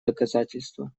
доказательство